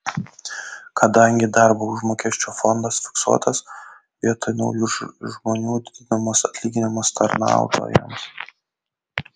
kadangi darbo užmokesčio fondas fiksuotas vietoj naujų žmonių didinamas atlyginimas tarnautojams